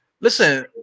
Listen